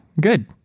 good